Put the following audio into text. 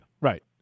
Right